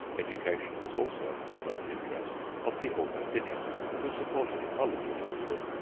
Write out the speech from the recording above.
education was also a foremost interest of the augustinians, who supported a college at oxford.